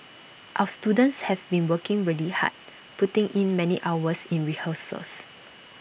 our students have been working really hard putting in many hours in rehearsals